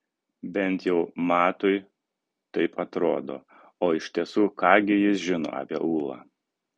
bent jau matui taip atrodo o iš tiesų ką gi jis žino apie ūlą